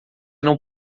não